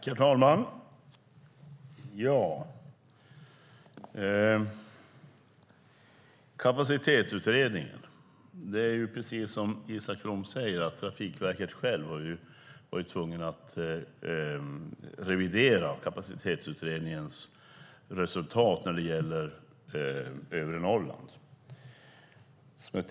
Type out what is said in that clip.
Herr talman!, Som Isak From säger har Trafikverket självt tvingats revidera Kapacitetsutredningens resultat beträffande övre Norrland.